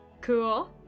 Cool